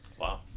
wow